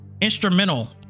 instrumental